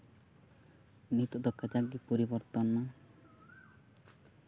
ᱱᱤᱛᱚᱜ ᱫᱚ ᱠᱟᱡᱟᱠ ᱜᱮ ᱯᱚᱨᱤᱵᱚᱨᱛᱚᱱ ᱮᱱᱟ